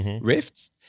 rifts